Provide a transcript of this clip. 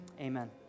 amen